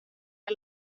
las